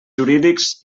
jurídics